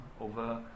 over